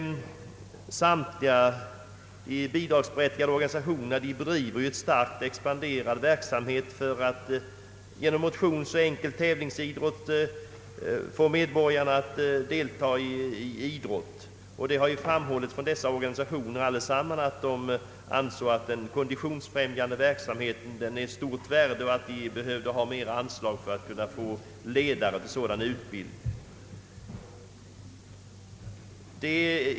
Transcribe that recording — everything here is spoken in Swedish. Samtliga bidragsberättigade organisationer bedriver en starkt växande verksamhet för att genom motionsoch enkel tävlingsidrott aktivera medborgarna. Alla dessa organisationer har framhållit att den konditionsbefrämjande verksamheten är av stort värde och att de skulle behöva ökade anslag för att utbilda ledare för detta ändamål.